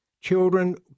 children